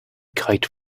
kite